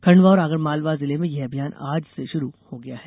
खंडवा और आगरमालवा जिले में यह अभियान आज से शुरू हो गया है